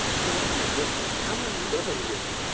because i'm a witness, i'm a living witness,